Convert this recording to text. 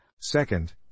Second